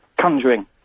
conjuring